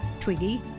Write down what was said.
Twiggy